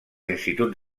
instituts